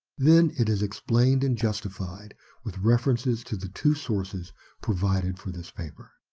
then it is explained and justified with references to the two sources provided for this paper.